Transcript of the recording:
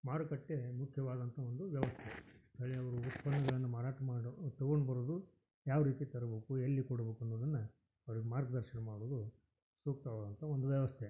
ಮಾರುಕಟ್ಟೆ ಮುಖ್ಯವಾದಂಥ ಒಂದು ವ್ಯವಸ್ಥೆ ಅಲ್ಲಿ ಅವರು ಉತ್ಪನ್ನಗಳನ್ನು ಮಾರಾಟ ಮಾಡೋ ತೊಗೊಂಡು ಬರೋದು ಯಾವ ರೀತಿ ತರ್ಬೇಕು ಎಲ್ಲಿ ಕೊಡ್ಬೇಕ್ ಅನ್ನೋದನ್ನು ಅವ್ರಿಗೆ ಮಾರ್ಗದರ್ಶ್ನ ಮಾಡೋದು ಸೂಕ್ತವಾದಂಥ ಒಂದು ವ್ಯವಸ್ಥೆ